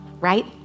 right